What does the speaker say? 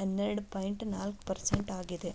ಹನ್ನೆರಡ್ ಪಾಯಿಂಟ್ ನಾಲ್ಕ್ ಪರ್ಸೆಂಟ್ ಆಗ್ಯಾದ